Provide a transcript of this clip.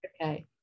Okay